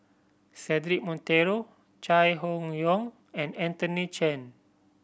Cedric Monteiro Chai Hon Yoong and Anthony Chen